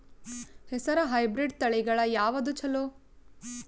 ಹೆಸರ ಹೈಬ್ರಿಡ್ ತಳಿಗಳ ಯಾವದು ಚಲೋ?